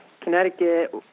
Connecticut